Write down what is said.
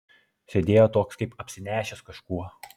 sėdėjo toks kaip apsinešęs kažkuo